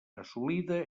assolida